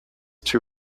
too